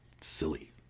silly